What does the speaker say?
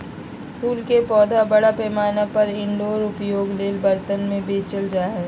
फूल के पौधा बड़ा पैमाना पर इनडोर उपयोग ले बर्तन में बेचल जा हइ